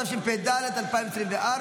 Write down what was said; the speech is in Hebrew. התשפ"ד 2024,